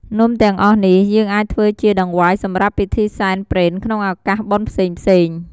នំទាំងអស់នេះយើងអាចធ្វើជាដង្វាយសម្រាប់ពិធីសែនព្រេនក្នុងឧកាសបុណ្យផ្សេងៗ។